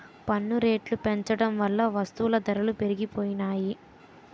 పన్ను రేట్లు పెంచడం వల్ల వస్తువుల ధరలు పెరిగిపోనాయి